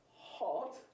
Hot